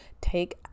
take